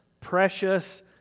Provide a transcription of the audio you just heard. precious